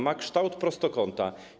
Ma kształt prostokąta.